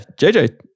JJ